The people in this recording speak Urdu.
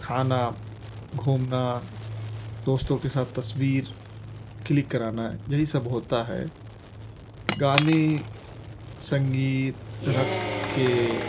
کھانا گھومنا دوستوں کے ساتھ تصویر کلک کرانا یہی سب ہوتا ہے گانے سنگیت رقص کے